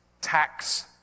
tax